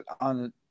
on